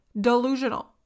delusional